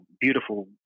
beautiful